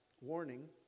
warning